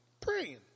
Praying